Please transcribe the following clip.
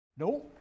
No